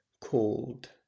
called